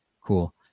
cool